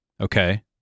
Okay